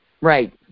Right